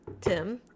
Tim